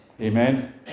Amen